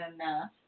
enough